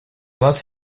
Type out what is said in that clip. нас